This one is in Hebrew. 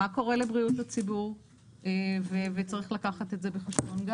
מה קורה לבריאות הציבור וצריך לקחת את זה בחשבון.